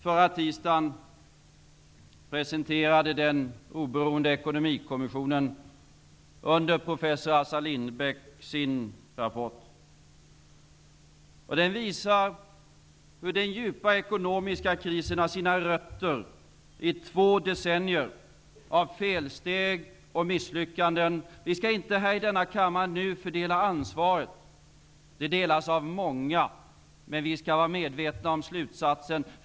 Förra tisdagen presenterade den oberoende ekonomikommissionen under professor Assar Lindbeck sin rapport. Den visar hur den djupa ekonomiska krisen har sina rötter i två decennier av felsteg och misslyckanden. Vi skall inte nu i denna kammare fördela ansvaret. Det delas av många. Men vi skall vara medvetna om slutsatsen.